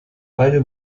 beide